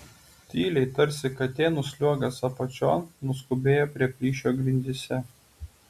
tyliai tarsi katė nusliuogęs apačion nuskubėjo prie plyšio grindyse